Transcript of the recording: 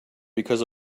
because